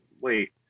wait